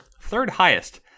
Third-highest